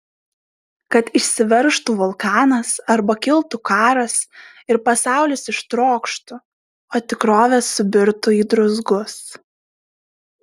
kad išsiveržtų vulkanas arba kiltų karas ir pasaulis ištrokštų o tikrovė subirtų į druzgus